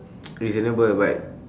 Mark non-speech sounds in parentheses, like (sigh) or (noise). (noise) reasonable but